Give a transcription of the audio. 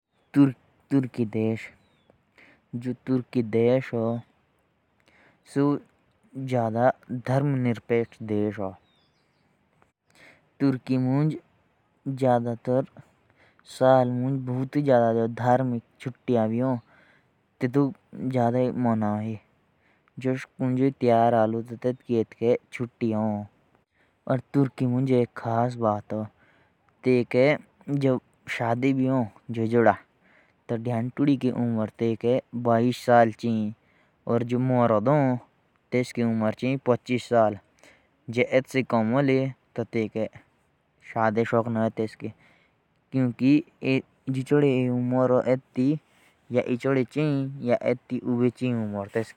तुर्की देश जादा धर्मनिरपेक्ष ह वहां जादा छुट्टियां मनाई जाती ह। और वहां शादी में लड़की की उम्र बाईस होनी चाहिए वरना उसकी शादी नहीं हो सकती।